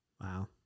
Wow